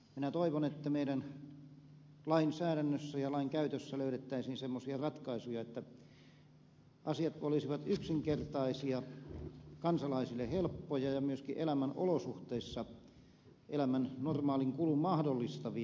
minä toivon että meillä lainsäädännössä ja lainkäytössä löydettäisiin semmoisia ratkaisuja että asiat olisivat yksinkertaisia kansalaisille helppoja ja myöskin elämän olosuhteissa elämän normaalin kulun mahdollistavia